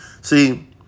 See